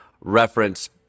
reference